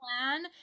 plan